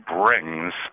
brings